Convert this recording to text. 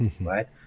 right